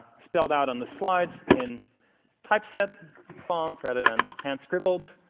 spelled out on the slides in typeset font, rather than hand scribbled.